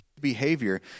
behavior